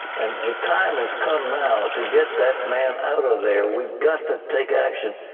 and the time has come now to get that man out of there. we've got to take action.